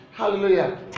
Hallelujah